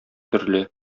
төрле